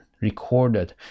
recorded